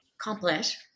accomplish